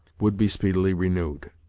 would be speedily renewed.